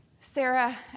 Sarah